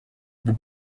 vous